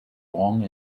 long